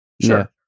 Sure